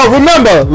remember